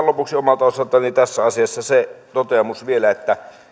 lopuksi omalta osaltani tässä asiassa se toteamus vielä että